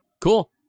cool